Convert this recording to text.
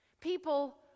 People